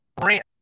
Branch